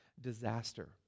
disaster